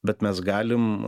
bet mes galim